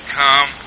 come